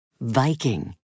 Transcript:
Viking